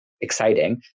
exciting